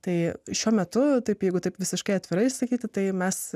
tai šiuo metu taip jeigu taip visiškai atvirai sakyti tai mes